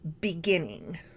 beginning